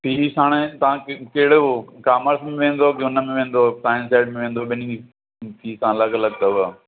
हाणे तव्हांखे कहिड़ो कामर्स में वेंदव की हुनमें वेंदव साइंस साइड में वेंदव ॿिनी फ़ीसा अलॻि अलॻि अथव